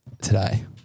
today